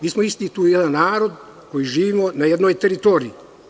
Mi smo isti narod koji živimo na jednoj teritoriji.